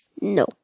No